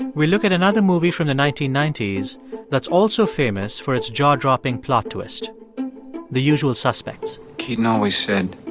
we'll look at another movie from the nineteen ninety s that's also famous for its jaw-dropping plot twist the usual suspects. keaton always said,